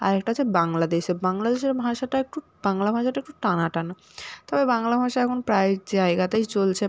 আর একটা হচ্ছে বাংলাদেশের বাংলাদেশের ভাষাটা একটু বাংলা ভাষাটা একটু টানা টানা তবে বাংলা ভাষা এখন প্রায় জায়গাতেই চলছে